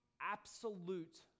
absolute